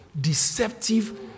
deceptive